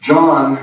John